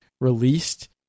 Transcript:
released